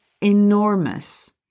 enormous